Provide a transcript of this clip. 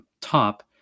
top